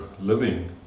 living